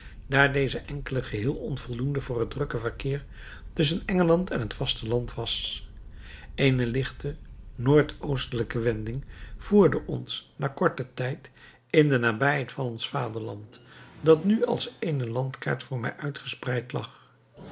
daar deze enkele geheel onvoldoende voor het drukke verkeer tusschen engeland en het vasteland was eene lichte noord-oostelijke wending voerde ons na korten tijd in de nabijheid van ons vaderland dat nu als eene landkaart voor mij uitgespreid lag